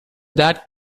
that